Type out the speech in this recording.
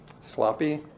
sloppy